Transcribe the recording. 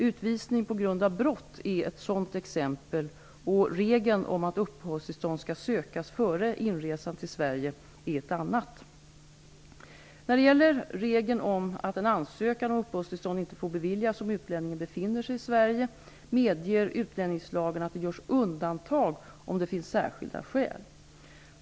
Utvisning på grund av brott är ett sådant exempel, och regeln om att uppehållstillstånd skall sökas före inresan till Sverige ett annat. När det gäller regeln om att en ansökan om uppehållstillstånd inte får beviljas om utlänningen befinner sig i Sverige medger utlänningslagen att det görs undantag om det finns särskilda skäl.